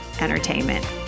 entertainment